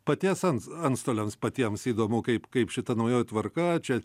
paties ants antstoliams patiems įdomu kaip kaip šita naujoji tvarka čia